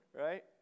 Right